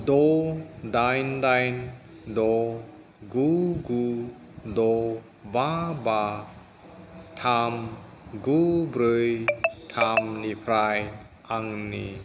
द' दाइन दाइन द' गु गु द' बा बा थाम गु ब्रै थामनिफ्राइ आंनि